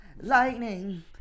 Lightning